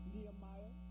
Nehemiah